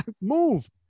move